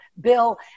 bill